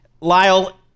Lyle